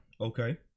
Okay